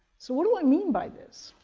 so what do i mean by this?